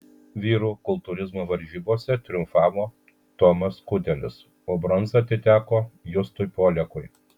vyrų kultūrizmo varžybose triumfavo tomas kudelis o bronza atiteko justui poliakui